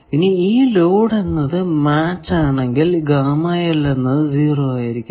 ഇനി ഈ ലോഡ് എന്നത് മാച്ച് ആണെങ്കിൽ ഈ എന്നത് 0 ആയിരിക്കും